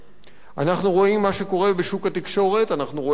אנחנו רואים מה שקורה בשוק התקשורת,